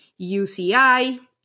UCI